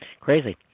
crazy